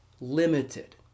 limited